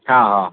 ہو ہو